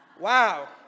Wow